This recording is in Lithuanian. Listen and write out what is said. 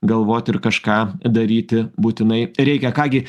galvot ir kažką daryti būtinai reikia ką gi